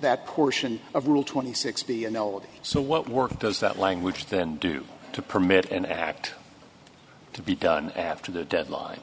that portion of rule twenty six be an old so what work does that language then do to permit an act to be done after the deadline